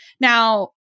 Now